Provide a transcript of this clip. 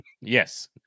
Yes